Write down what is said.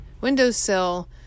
windowsill